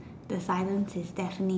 the silence is deafening